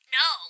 no